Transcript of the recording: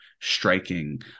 striking